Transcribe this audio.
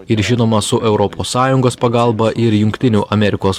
ir žinoma su europos sąjungos pagalba ir jungtinių amerikos